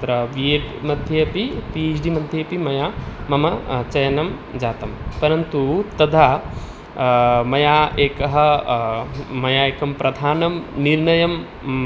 तत्र B Ed मध्येपि P H D मध्येपि मया मम चयनं जातं परन्तु तदा मया एकः मया एकः प्रधानः निर्णयः